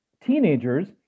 teenagers